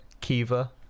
Kiva